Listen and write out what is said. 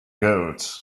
goats